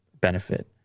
benefit